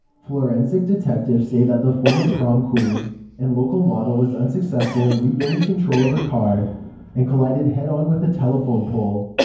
forensic detectives say that the former prom queen and local model was unsuccessful in regaining control of her car and collided head-on with a telephone pole.